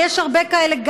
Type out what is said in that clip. ויש הרבה כאלה,